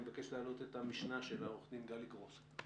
אני מבקש להעלות את המשנה שלה, עו"ד גלי גרוס.